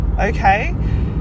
Okay